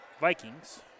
Vikings